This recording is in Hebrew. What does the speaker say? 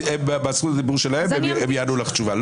בזכות הדיבור שלהם הם ייתנו לך תשובה.